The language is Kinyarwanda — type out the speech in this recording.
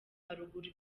haruguru